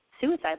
suicide